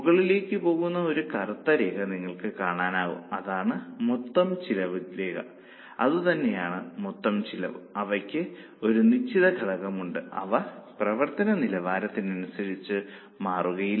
മുകളിലേക്ക് പോകുന്ന ഒരു കറുത്ത രേഖ നിങ്ങൾക്ക് കാണാനാകും അതാണ് മൊത്തം ചെലവ് രേഖ അതുതന്നെയാണ് മൊത്തം ചെലവും അവയ്ക്ക് ഒരു നിശ്ചിത ഘടകമുണ്ട് അവ പ്രവർത്തന നിലവാരത്തിനനുസരിച്ച് മാറുകയില്ല